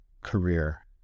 career